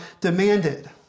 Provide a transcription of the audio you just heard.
demanded